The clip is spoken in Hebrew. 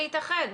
להתאחד.